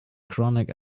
chronic